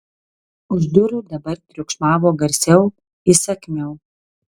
už durų dabar triukšmavo garsiau įsakmiau